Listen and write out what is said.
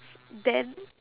then